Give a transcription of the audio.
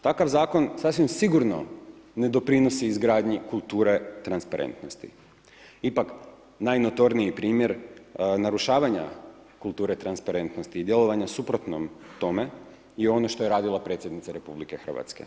Takav zakon sasvim sigurno ne doprinosi izgradnji kulture transparentnosti, ipak najnotorniji primjer narušavanja kulture transparentnosti i djelovanju suprotno tome je ono što je radila predsjednica RH.